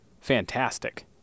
Fantastic